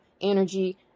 energy